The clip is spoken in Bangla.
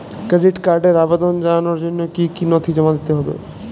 ক্রেডিট কার্ডের আবেদন জানানোর জন্য কী কী নথি জমা দিতে হবে?